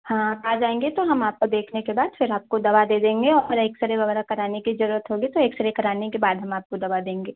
हाँ आप आ जाएँगे तो हम आपकाे देखने के बाद फिर आपको दवा दे देंगे और एक्सरे वगैरह कराने की जरूरत होगी तो एक्सरे कराने के बाद हम आपको दवा देंगे